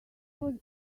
was